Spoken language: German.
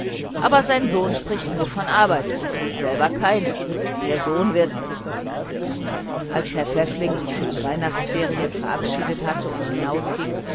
aber sein sohn spricht nur von arbeit und tut selbst keine der sohn wird nichts als herr pfäffling sich für die weihnachtsferien verabschiedet hatte und